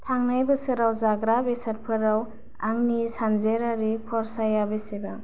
थांनाय बोसोराव जाग्रा बेसादफोराव आंनि सानजेरारि खरसाया बेसेबां